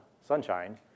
sunshine